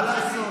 מה לעשות.